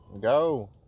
Go